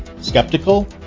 skeptical